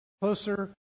closer